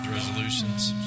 Resolutions